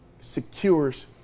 secures